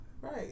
Right